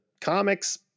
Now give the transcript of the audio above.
comics